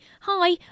Hi